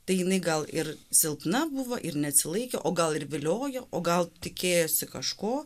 tai jinai gal ir silpna buvo ir neatsilaikė o gal ir viliojo o gal tikėjosi kažko